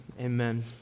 amen